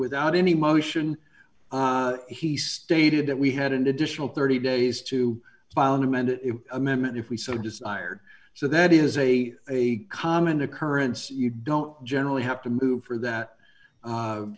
without any motion he stated that we had an additional thirty days to file an amended amendment if we so desired so that is a a common occurrence you don't generally have to move for that